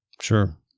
Sure